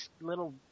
little